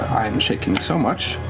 i am shaking so much.